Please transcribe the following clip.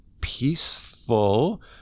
peaceful